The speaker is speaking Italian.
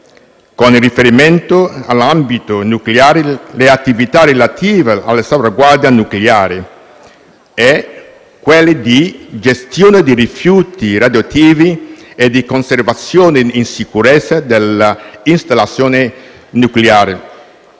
con riferimento all'ambito nucleare, le attività relative alle salvaguardie nucleari, e quelle di gestione dei rifiuti radioattivi e di conservazione in sicurezza delle installazioni nucleari.